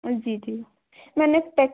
जी जी मैंने पैक